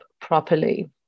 properly